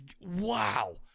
Wow